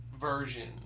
version